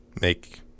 make